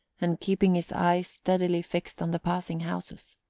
and keeping his eyes steadily fixed on the passing houses.